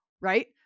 right